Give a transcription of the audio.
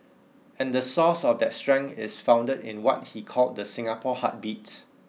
and the source of that strength is founded in what he called the Singapore heartbeat